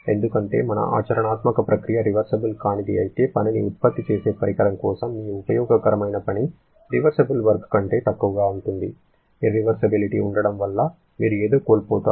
ఎందుకంటే మన ఆచరణాత్మక ప్రక్రియ రివర్సిబుల్ కానిది అయితే పనిని ఉత్పత్తి చేసే పరికరం కోసం మీ ఉపయోగకరమైన పని రివర్సిబుల్ వర్క్ కంటే తక్కువగా ఉంటుంది ఇర్రివర్సిబిలిటి ఉండటం వల్ల మీరు ఏదో కోల్పోతారు